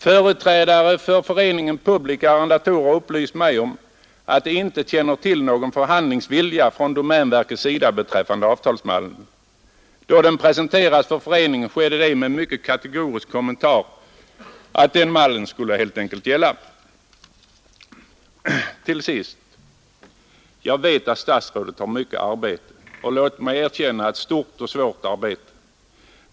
Företrädare för Föreningen Publika arrendatorer har upplyst mig om att föreningen inte känner till någon förhandlingsvilja från domänverkets sida beträffande avtalsmallen. Då den presenterades för föreningen skedde det med en mycket kategorisk kommentar att den mallen skulle helt enkelt gälla. Till sist, jag vet att statsrådet har mycket arbete och, låt mig erkänna, ett stort och svårt arbete.